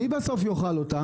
מי יאכל אותה בסוף?